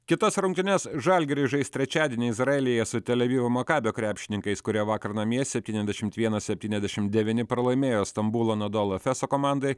kitas rungtynes žalgiris žais trečiadienį izraelyje su tel avivo makabio krepšininkais kurie vakar namie septyniasdešim vienas septyniasdešim devyni pralaimėjo stambulo nodolafeso komandai